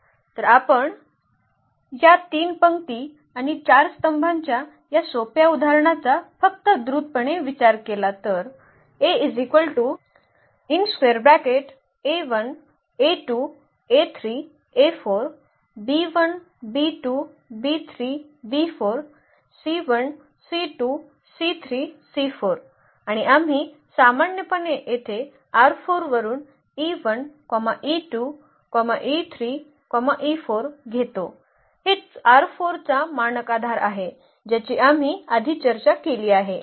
तर आपण या 3 पंक्ती आणि 4 स्तंभांच्या या सोप्या उदाहरणाचा फक्त द्रुतपणे विचार केला तर आणि आम्ही सामान्यपणे येथे वरूनघेतो हे चा मानक आधार आहे ज्याची आम्ही आधी चर्चा केली आहे